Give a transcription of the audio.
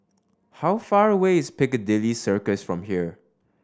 how far away is Piccadilly Circus from here